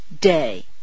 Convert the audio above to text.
day